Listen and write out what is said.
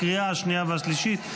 לקריאה השנייה והשלישית.